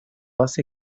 hace